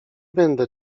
będę